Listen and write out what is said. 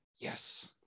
yes